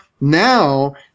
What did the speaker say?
now